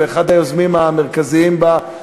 ואחד היוזמים המרכזיים בה,